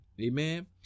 Amen